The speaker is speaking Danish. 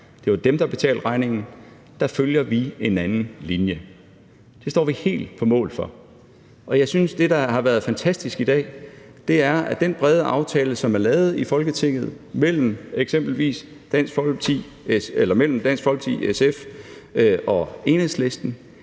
arbejde, der betalte regningen, følger vi en anden linje. Det står vi helt på mål for, og jeg synes, at det, der har været fantastisk i dag, er, at den brede aftale, som er lavet i Folketinget mellem Dansk Folkeparti, SF og Enhedslisten,